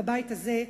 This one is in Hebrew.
בבית הזה,